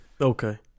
Okay